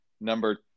number